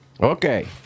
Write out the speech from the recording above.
Okay